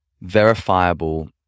verifiable